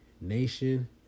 nation